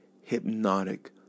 hypnotic